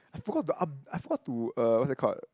I forgot to I forgot to uh what's that called